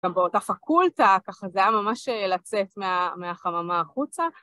גם באותה פקולטה, ככה זה היה ממש לצאת מהחממה החוצה.